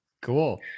Cool